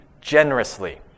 generously